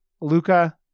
Luca